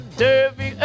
derby